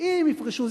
או 28. אם יפרשו,